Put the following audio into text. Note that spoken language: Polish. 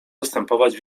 zastępować